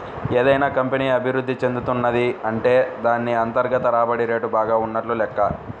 ఏదైనా కంపెనీ అభిరుద్ధి చెందుతున్నది అంటే దాన్ని అంతర్గత రాబడి రేటు బాగా ఉన్నట్లు లెక్క